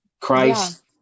Christ